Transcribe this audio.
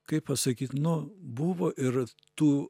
kaip pasakyt nu buvo ir tų